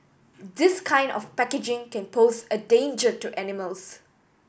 this kind of packaging can pose a danger to animals